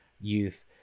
youth